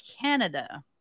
Canada